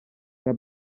era